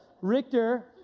Richter